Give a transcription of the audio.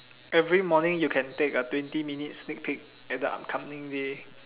every morning you can take a twenty minutes sneak peek on a upcoming day